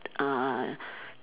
uh